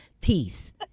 peace